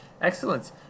excellent